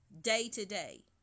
day-to-day